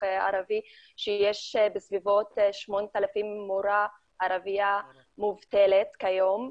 ערבי שיש בסביבות 8,000 מורות ערביות מובטלות כיום,